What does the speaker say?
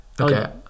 Okay